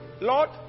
Lord